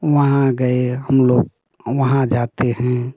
वहाँ गए हम लोग वहाँ जाते हैं